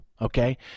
okay